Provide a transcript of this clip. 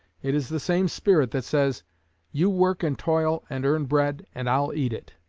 it is the same spirit that says you work, and toil, and earn bread, and i'll eat it